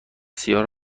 سیاه